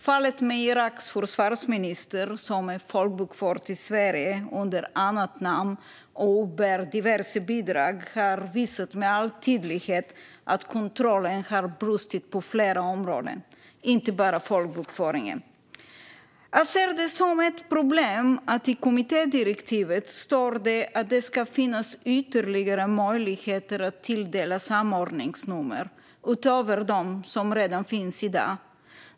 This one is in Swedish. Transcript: Fallet med Iraks försvarsminister, som är folkbokförd i Sverige under annat namn och uppbär diverse bidrag, har med all tydlighet visat att kontrollen har brustit på flera områden, inte bara folkbokföringen. Jag ser det som ett problem att det i kommittédirektivet står att det ska finnas ytterligare möjligheter att tilldela samordningsnummer utöver dem som redan finns i dag.